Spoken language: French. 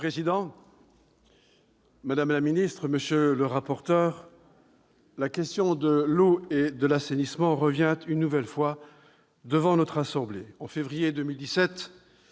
Monsieur le président, madame la ministre, monsieur le rapporteur, la question de l'eau et de l'assainissement revient une nouvelle fois devant notre assemblée. En février 2017,